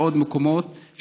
ועוד מקומות,